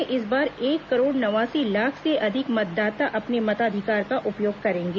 प्रदेश में इस बार एक करोड़ नवासी लाख से अधिक मतदाता अपने मताधिकार का उपयोग करेंगे